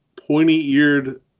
pointy-eared